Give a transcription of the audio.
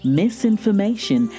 misinformation